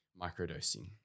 microdosing